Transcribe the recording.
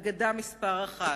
אגדה מספר אחת.